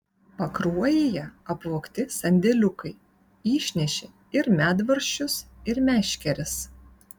pakruojyje apvogti sandėliukai išnešė ir medvaržčius ir meškeres